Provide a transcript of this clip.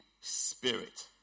Spirit